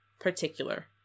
particular